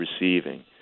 Receiving